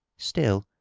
still,